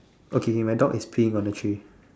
okay here my dog is peeing on the tree